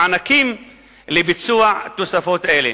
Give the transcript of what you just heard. מענקים לביצוע תוספות אלה.